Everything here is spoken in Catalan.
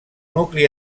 nucli